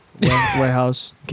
Warehouse